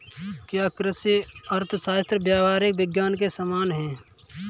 क्या कृषि अर्थशास्त्र व्यावहारिक विज्ञान के समान है?